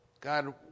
God